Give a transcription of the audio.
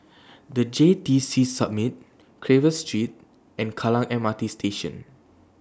The J T C Summit Carver Street and Kallang M R T Station